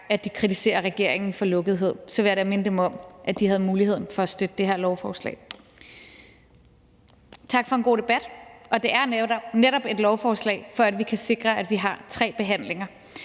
gang de kritiserer regeringen for lukkethed, vil jeg da minde dem om, at de havde muligheden for at støtte det her lovforslag. Tak for en god debat. Og det er netop et lovforslag, for at vi kan sikre, at vi har tre behandlinger.